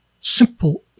Simple